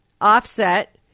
offset